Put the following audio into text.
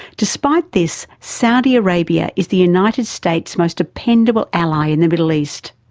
despite this, saudi arabia is the united states' most dependable ally in the middle east.